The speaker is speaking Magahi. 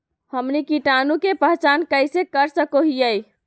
हमनी कीटाणु के पहचान कइसे कर सको हीयइ?